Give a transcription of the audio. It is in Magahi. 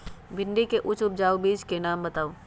भिंडी के उच्च उपजाऊ बीज के नाम बताऊ?